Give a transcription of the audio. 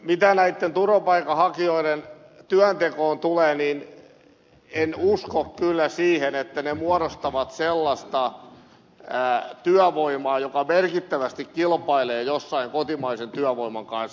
mitä näitten turvapaikanhakijoiden työntekoon tulee niin en usko kyllä siihen että ne muodostavat sellaista työvoimaa joka merkittävästi kilpailee jossain kotimaisen työvoiman kanssa